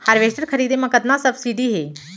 Harvester खरीदे म कतना सब्सिडी हे?